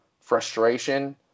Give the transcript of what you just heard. frustration